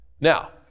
Now